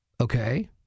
Okay